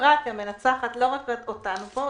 --- הבירוקרטיה מנצחת לא רק אותנו פה,